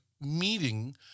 Meeting